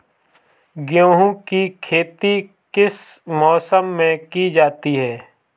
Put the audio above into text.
गेहूँ की खेती किस मौसम में की जाती है?